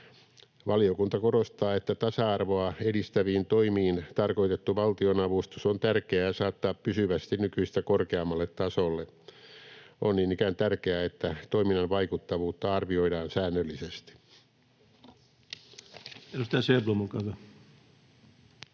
Valiokunta korostaa, että tasa-arvoa edistäviin toimiin tarkoitettu valtionavustus on tärkeää saattaa pysyvästi nykyistä korkeammalle tasolle. On niin ikään tärkeää, että toiminnan vaikuttavuutta arvioidaan säännöllisesti.